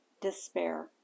despair